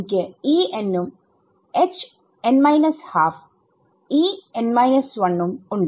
എനിക്ക് ഉം ഉം ഉണ്ട്